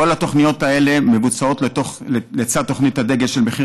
כל התוכניות האלה מבוצעות לצד תוכנית הדגל של מחיר